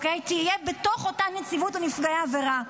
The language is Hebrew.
יהיה בתוך אותה נציבות לנפגעי עבירה.